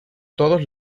todos